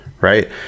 Right